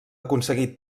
aconseguí